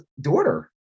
daughter